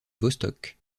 vostok